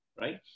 right